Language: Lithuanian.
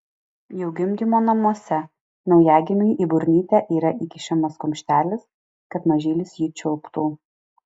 jau gimdymo namuose naujagimiui į burnytę yra įkišamas kumštelis kad mažylis jį čiulptų